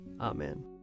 Amen